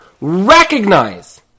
Recognize